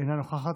אינה נוכחת.